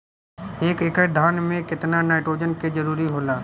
एक एकड़ धान मे केतना नाइट्रोजन के जरूरी होला?